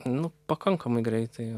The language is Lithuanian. nu pakankamai greitai